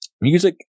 music